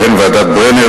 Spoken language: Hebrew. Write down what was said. ובהן ועדת-ברנר,